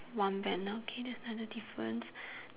one banner okay that's another difference